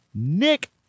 nick